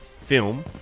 film